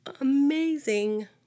amazing